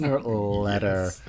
letter